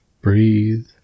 Breathe